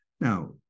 Now